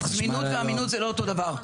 חשמל --- זמינות ואמינות זה לא אותו דבר.